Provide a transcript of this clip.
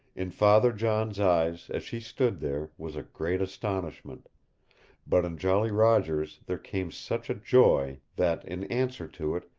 in father john's eyes, as she stood there, was a great astonishment but in jolly roger's there came such a joy that, in answer to it,